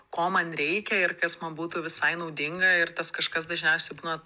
ko man reikia ir kas man būtų visai naudinga ir tas kažkas dažniausiai būna